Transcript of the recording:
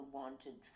wanted